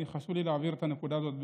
וחשוב לי להבהיר את הנקודה הזאת,